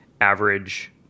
average